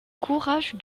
courage